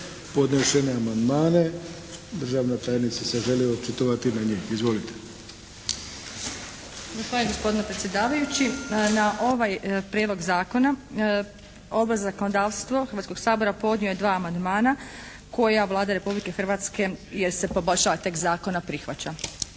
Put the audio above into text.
podnesene amandmane državna tajnica se želi očitovati na njih. Izvolite. **Bagić, Snježana** Zahvaljujem gospodine predsjedavajući. Na ovaj Prijedlog zakona Odbor za zakonodavstvo Hrvatskog sabora podnio je dva amandmana koja Vlada Republike Hrvatske jer se poboljšava tekst zakona prihvaća.